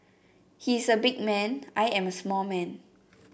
he is a big man I am a small man